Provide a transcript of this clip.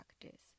practice